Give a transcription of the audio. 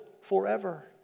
forever